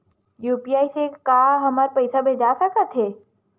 UPI से का हमर पईसा भेजा सकत हे?